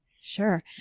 Sure